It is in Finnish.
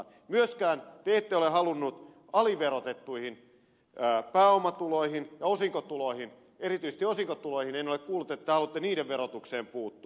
te ette ole myöskään halunnut aliverotettuihin pääomatuloihin ja osinkotuloihin puuttua erityisesti osinkotulojen verotukseen en ole kuullut että haluatte puuttua